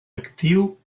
actiu